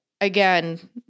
again